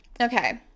Okay